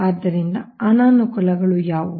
ಆದ್ದರಿಂದ ಅನಾನುಕೂಲಗಳು ಯಾವುವು